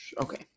Okay